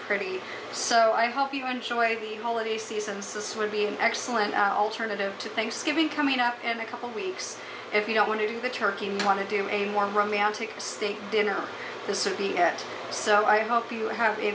pretty so i hope you enjoy the holiday seasons this would be an excellent alternative to thanksgiving coming up in a couple weeks if you don't want to do the turkey may want to do a more romantic see dinner this would be it so i hope you have a